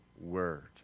word